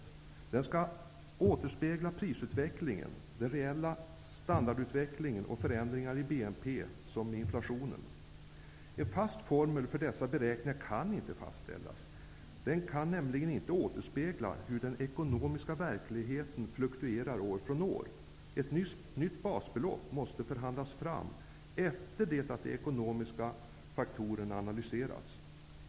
Basbeloppet skall återspegla såväl å ena sidan prisutvecklingen, den reella standardutvecklingen och förändringar i BNP som å andra sidan också inflationen. En fast formel för de beräkningar som krävs kan inte fastställas. Den kan nämligen inte återspegla hur den ekonomiska verkligheten fluktuerar år från år. Ett nytt basbelopp måste förhandlas fram efter det att de ekonomiska faktorerna analyserats.